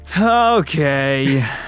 Okay